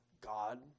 God